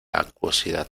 acuosidad